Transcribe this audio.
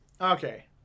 Okay